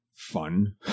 fun